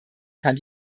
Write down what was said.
kann